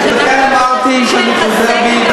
לכן אמרתי שאני חוזר בי,